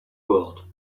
world